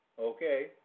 Okay